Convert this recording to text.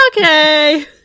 okay